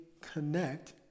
connect